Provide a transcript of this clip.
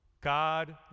God